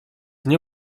nie